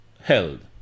held